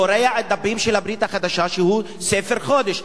קרע את הדפים של הברית החדשה, שהוא ספר קודש.